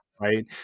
Right